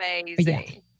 amazing